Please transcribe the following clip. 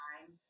time